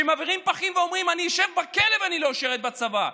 שמבעירים פחים ואומרים: אני אשב בכלא ואני לא אשרת בצבא.